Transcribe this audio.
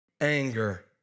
anger